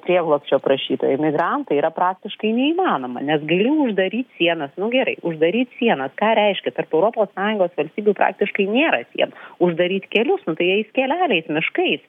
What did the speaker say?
prieglobsčio prašytojai migrantai yra praktiškai neįmanoma nes gali uždaryt sienas nu gerai uždaryt sienas ką reiškia tarp europos sąjungos valstybių praktiškai nėra sienų uždaryt kelius nu tai eis keleliais miškais